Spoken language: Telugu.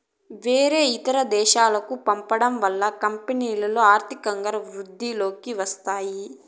వేరే ఇతర దేశాలకు పంపడం వల్ల కంపెనీలో ఆర్థికంగా వృద్ధిలోకి వస్తాయి